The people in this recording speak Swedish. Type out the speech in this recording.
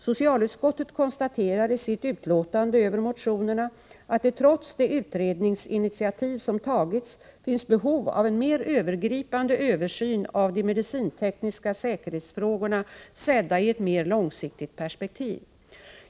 Socialutskottet konstaterar i sitt betänkande över motionerna att det trots det utredningsinitiativ som tagits finns behov av en mer övergripande översyn av de medicintekniska säkerhetsfrågorna sedda i ett mer långsiktigt perspektiv.